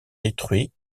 détruits